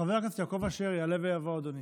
חבר הכנסת יעקב אשר יעלה ויבוא, אדוני.